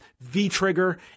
V-Trigger